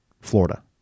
Florida